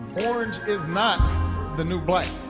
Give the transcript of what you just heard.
orange is not the new black.